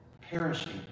perishing